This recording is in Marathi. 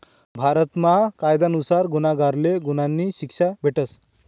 भारतमा कायदा नुसार गुन्हागारले गुन्हानी शिक्षा भेटस